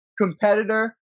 competitor